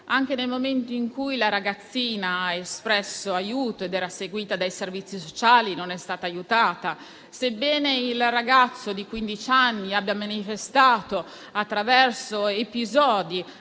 Anche nel momento in cui la ragazzina ha espresso aiuto ed era seguita dai servizi sociali, non è stata aiutata. Sebbene il ragazzo di quindici anni attraverso episodi